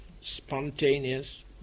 spontaneous